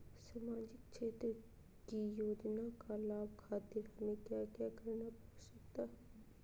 सामाजिक क्षेत्र की योजनाओं का लाभ खातिर हमें क्या क्या करना पड़ सकता है?